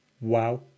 Wow